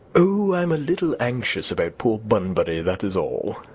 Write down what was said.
oh, i'm a little anxious about poor bunbury, that is all.